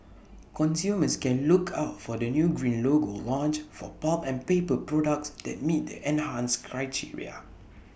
consumers can look out for the new green logo launched for pulp and paper products that meet the enhanced criteria